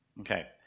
Okay